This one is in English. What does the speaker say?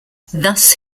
thus